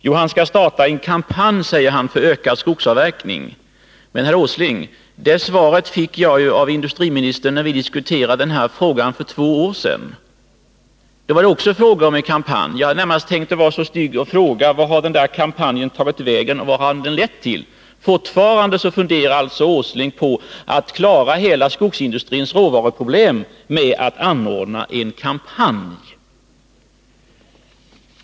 Jo, han säger att han skall starta en kampanj för ökad skogsavverkning. Men det svaret fick jag ju av industriministern när vi diskuterade den här frågan för två år sedan. Då var det också fråga om en kampanj. Jag har länge tänkt fråga herr Åsling vart den där kampanjen har tagit vägen eller vad den har lett till. Fortfarande funderar alltså herr Åsling på att klara hela skogsindustrins råvaruproblem med att anordna en kampanj.